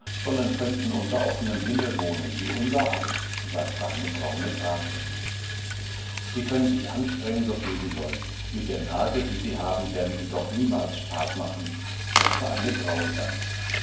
sondern könnten unter offenem himmel wohnen wie unsereins sagteeinebraunegrasente siekönnensichanstrengen soviel sie wollen mit der nase die sie haben werden sie doch niemals staat machen sagte eine graue gans